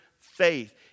faith